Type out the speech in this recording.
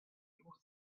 div